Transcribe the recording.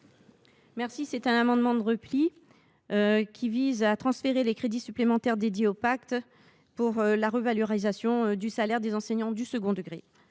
Cet amendement de repli vise à transférer les crédits supplémentaires consacrés au pacte vers la revalorisation du salaire des enseignants du second degré.